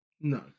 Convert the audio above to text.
No